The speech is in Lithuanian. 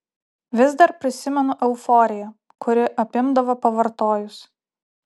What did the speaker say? vis dar prisimenu euforiją kuri apimdavo pavartojus